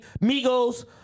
Migos